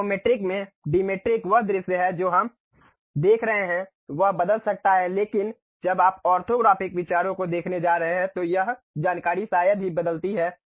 isometric में dimetric वह दृश्य जो हम देख रहे हैं वह बदल सकता है लेकिन जब आप ऑर्थोग्राफिक विचारों को देखने जा रहे हैं तो यह जानकारी शायद ही बदलती है